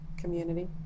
community